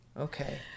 okay